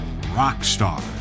Rockstar